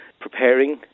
preparing